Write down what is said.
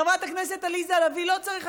חברת הכנסת עליזה לביא, לא צריך.